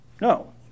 No